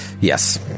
Yes